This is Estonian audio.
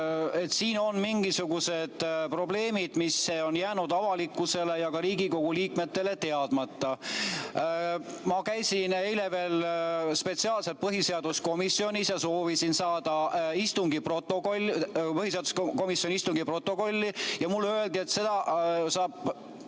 siin on mingisugused probleemid, mis on jäänud avalikkusele ja ka Riigikogu liikmetele teadmata. Ma käisin eile veel spetsiaalselt põhiseaduskomisjonis ja soovisin saada põhiseaduskomisjoni istungi protokolli. Mulle öeldi, et seda saab